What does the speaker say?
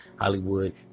Hollywood